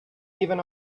even